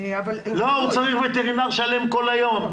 שהוא צריך וטרינר שלם כל היום?